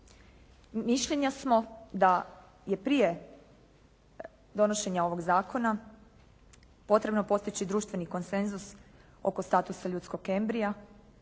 Mišljenja smo da je prije donošenja ovog zakona potrebno postići društveni konsenzus oko statusa ljudskog embrija